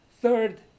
Third